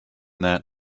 that